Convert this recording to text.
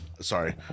Sorry